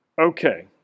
okay